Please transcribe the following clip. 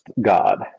God